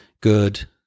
good